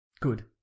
Good